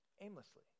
aimlessly